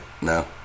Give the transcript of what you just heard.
No